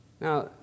Now